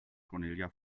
cornelia